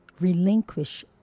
Relinquish